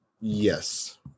Yes